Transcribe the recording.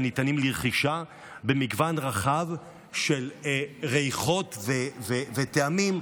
הניתנים לרכישה במגוון רחב של ריחות וטעמים,